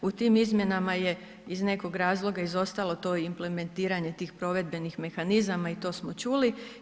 U tim izmjenama je iz nekog razloga izostalo to implementiranje tih provedbenih mehanizama i to smo čuli.